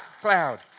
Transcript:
cloud